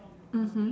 mmhmm